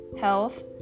health